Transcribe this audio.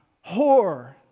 horror